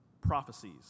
prophecies